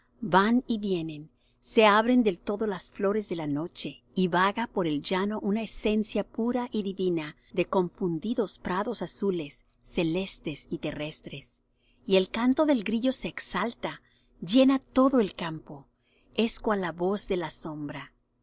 van y vienen se abren del todo las flores de la noche y vaga por el llano una esencia pura y divina de confundidos prados azules celestes y terrestres y el canto del grillo se exalta llena todo el campo es cual la voz de la sombra